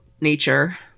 nature